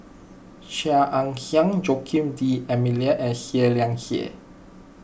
Chia Ann Siang Joaquim D'Almeida and Seah Liang Seah